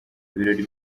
ibirori